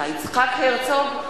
יצחק הרצוג,